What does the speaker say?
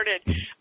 started